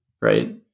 right